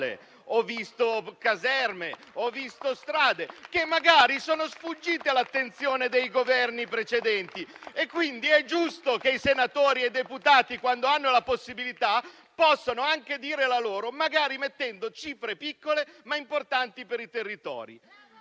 ho visto caserme, ho visto strade, che magari sono sfuggite all'attenzione dei Governi precedenti e quindi è giusto che i senatori e i deputati, quando hanno la possibilità, possano anche dire la loro, magari stanziando cifre piccole, ma importanti per i territori.